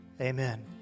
Amen